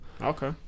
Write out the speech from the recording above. Okay